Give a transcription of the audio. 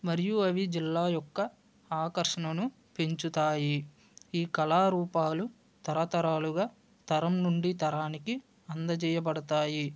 మరియు అవి జిల్లా యొక్క ఆకర్షణను పెంచుతాయి ఈ కళారూపాలు తరతరాలుగా తరం నుండి తరానికి అందచేయబడతాయి